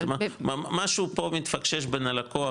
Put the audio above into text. משהו פה מתפקשש בין הלקוח,